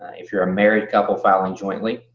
if you're a married couple filing jointly,